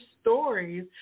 stories